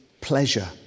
pleasure